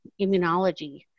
immunology